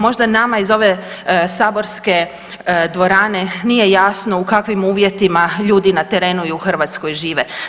Možda nama iz ove saborske dvorane nije jasno u kakvim uvjetima ljudi na terenu i u Hrvatskoj žive.